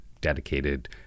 dedicated